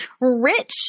rich –